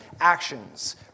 actions